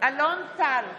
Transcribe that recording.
אלון טל,